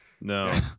no